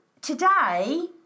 today